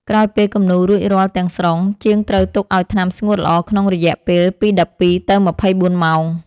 ក្រោយពេលគំនូររួចរាល់ទាំងស្រុង ជាងត្រូវទុកឱ្យថ្នាំស្ងួតល្អក្នុងរយៈពេលពី ១២ ទៅ ២៤ ម៉ោង។